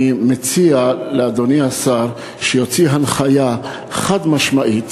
אני מציע לאדוני השר שיוציא הנחיה חד-משמעית